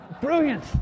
brilliant